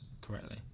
correctly